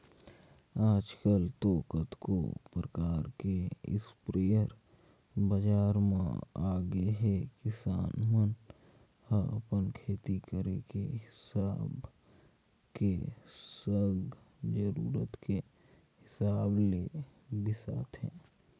आजकल तो कतको परकार के इस्पेयर बजार म आगेहे किसान मन ह अपन खेती करे के हिसाब के संग जरुरत के हिसाब ले बिसाथे